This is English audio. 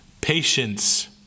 patience